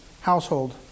household